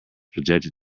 projected